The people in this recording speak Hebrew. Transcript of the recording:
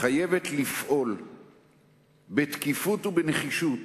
חייבת לפעול בתקיפות ובנחישות